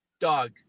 Dog